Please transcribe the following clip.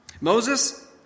Moses